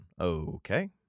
Okay